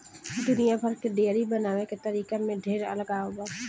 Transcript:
दुनिया भर के डेयरी बनावे के तरीका में ढेर अलगाव बा